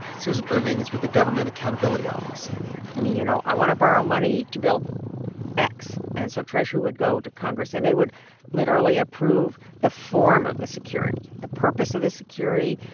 susan irving is with the government accountability office i mean, you know, i want to borrow money to build x. and so treasury would go to congress, and they would literally approve the form of the security, the purpose of the security,